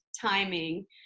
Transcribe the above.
timing